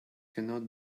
cannot